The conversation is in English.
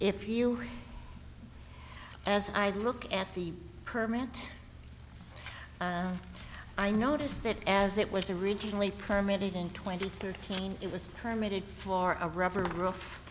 if you as i look at the permanent i noticed that as it was originally permeated in twenty thirteen it was permeated for a rubber roo